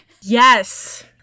Yes